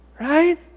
right